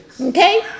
Okay